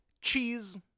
cheese